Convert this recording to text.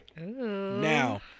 now